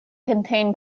contain